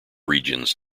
regions